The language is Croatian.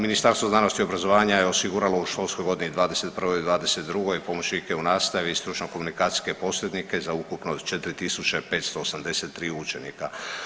Ministarstvo znanosti i obrazovanja je osiguralo u školskoj godini 2021./2022. pomoćnike u nastavi i stručno-komunikacijske posrednike za ukupno 4583 učenika.